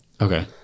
Okay